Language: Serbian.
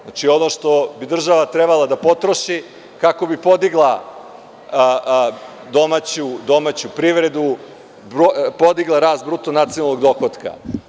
Znači, ono što bi država trebala da potroši kako bi podigla domaću privredu, podigla rast bruto nacionalnog dohotka.